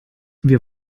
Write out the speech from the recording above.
wir